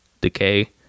decay